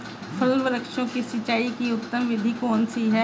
फल वृक्षों की सिंचाई की उत्तम विधि कौन सी है?